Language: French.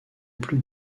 plus